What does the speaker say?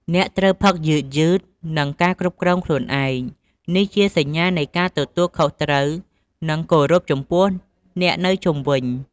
អ្នកត្រូវផឹកយឺតៗ និងការគ្រប់គ្រងខ្លួនឯង នេះជាសញ្ញានៃការទទួលខុសត្រូវ និងគោរពចំពោះអ្នកនៅជុំវិញ។